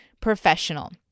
professional